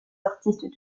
artistes